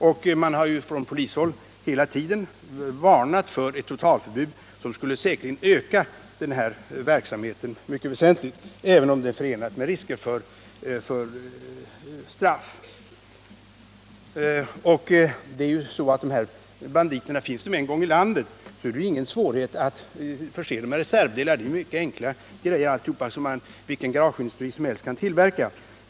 Och från polishåll har man hela tiden varnat för ett totalförbud, som säkerligen skulle öka den här verksamheten mycket väsentligt även om den är förenad med risker för straff. Och när de här banditerna väl en gång finns i landet är det inga svårigheter att förse dem med reservdelar. Det är mycket enkla ting som vilken garageindustri som helst kan tillverka.